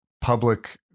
public